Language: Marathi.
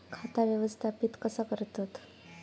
खाता व्यवस्थापित कसा करतत?